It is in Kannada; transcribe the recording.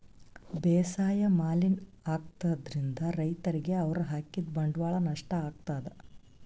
ಬೇಸಾಯ್ ಮಲಿನ್ ಆಗ್ತದ್ರಿನ್ದ್ ರೈತರಿಗ್ ಅವ್ರ್ ಹಾಕಿದ್ ಬಂಡವಾಳ್ ನಷ್ಟ್ ಆಗ್ತದಾ